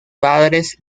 padres